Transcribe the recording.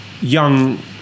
young